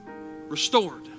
restored